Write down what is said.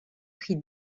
prix